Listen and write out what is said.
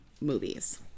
movies